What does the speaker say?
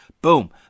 boom